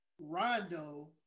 Rondo